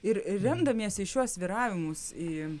ir remdamiesi į šiuos svyravimus į